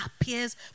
appears